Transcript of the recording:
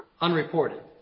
unreported